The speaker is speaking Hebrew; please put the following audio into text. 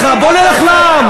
מיליון פלסטינים?